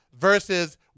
versus